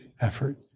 effort